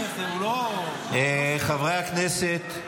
חברי הכנסת,